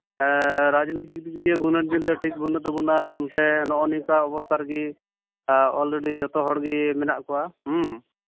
ᱨᱟᱡᱽ ᱱᱳᱭᱛᱤᱠ ᱫᱤᱠ ᱫᱤᱭᱮ ᱦᱩᱱᱟᱹᱨ ᱪᱤᱱᱛᱟᱹ ᱴᱷᱤᱠ ᱵᱟᱹᱱᱩᱜ ᱛᱟᱵᱚᱱᱟ ᱚᱱᱛᱮ ᱱᱚᱜᱼᱚ ᱱᱚᱝᱠᱟ ᱚᱵᱚᱥᱛᱷᱟ ᱨᱮᱜᱮ ᱚᱞᱨᱮᱰᱤ ᱡᱚᱛᱚ ᱦᱚᱲᱜᱮ ᱢᱮᱱᱟᱜ ᱠᱚᱣᱟ